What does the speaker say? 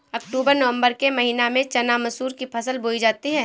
अक्टूबर नवम्बर के महीना में चना मसूर की फसल बोई जाती है?